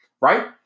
right